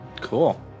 Cool